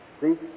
See